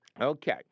Okay